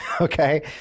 okay